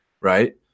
right